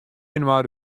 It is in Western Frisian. inoar